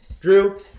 Drew